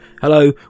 hello